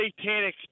satanic